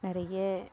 நிறைய